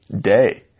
day